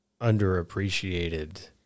underappreciated